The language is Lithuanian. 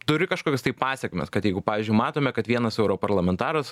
turi kažkokias tai pasekmes kad jeigu pavyzdžiui matome kad vienas europarlamentaras